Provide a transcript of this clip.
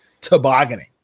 tobogganing